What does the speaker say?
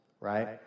Right